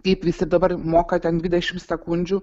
kaip visi dabar moka ten dvidešimt sekundžių